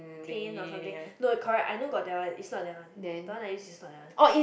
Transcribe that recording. tane or something no correct I know got that one is not that one the one I use is not that one